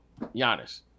Giannis